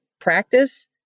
practice